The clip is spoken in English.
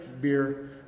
beer